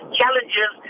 challenges